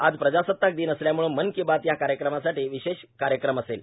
आज प्रजासत्ताक दिन असल्यामुळे मन की बात हा आपल्यासाठी विशेष कार्यक्रम असेल